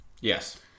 yes